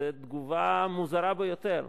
זאת תגובה מוזרה ביותר.